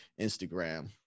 Instagram